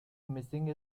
missing